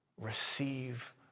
Receive